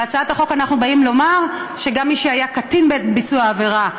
בהצעת החוק אנחנו רוצים לומר שגם מי שהיה קטין בעת ביצוע העבירה,